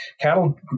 cattle